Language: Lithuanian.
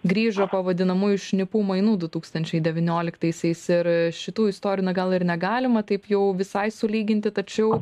grįžo po vadinamųjų šnipų mainų du tūkstančiai devynioliktaisiais ir šitų istorijų na gal ir negalima taip jau visai sulyginti tačiau